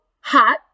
hot